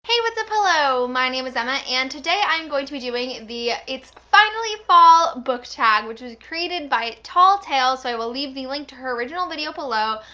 hey, what's up? hello? my name is emma and today i'm going to be doing the it's finally fall book tag which was created by tall tales so i will leave the link to her original video below,